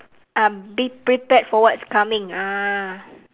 um be prepared for what's coming ah